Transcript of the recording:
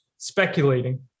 speculating